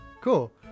cool